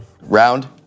Round